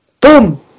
Boom